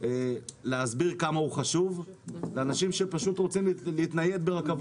מדובר בקו שיוצא מנוף הגליל לירושלים.